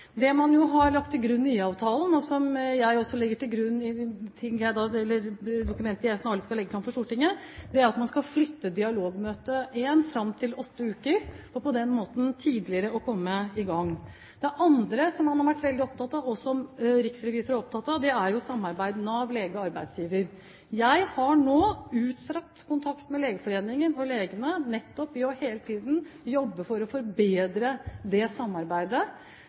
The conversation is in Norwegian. Det man har lagt til grunn i IA-avtalen, og som jeg også legger til grunn i det dokumentet som jeg snarlig skal legge fram for Stortinget, er at man skal flytte dialogmøte 1 fram til åtte uker og på den måten komme i gang tidligere. Det andre som man har vært veldig opptatt av, og som riksrevisoren er opptatt av, er samarbeidet mellom Nav, lege og arbeidsgiver. Jeg har nå utstrakt kontakt med Legeforeningen og legene nettopp for hele tiden å jobbe for å forbedre det samarbeidet.